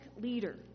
leader